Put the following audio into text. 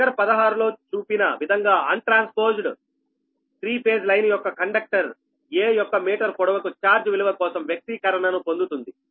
figure 16 లో చూపిన విధంగా అన్ ట్రాన్స్పోజ్డ్ 3 ఫేజ్ లైన్ యొక్క కండక్టర్ 'a' యొక్క మీటర్ పొడవుకు ఛార్జ్ విలువ కోసం వ్యక్తీకరణను పొందుతుంది